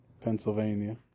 Pennsylvania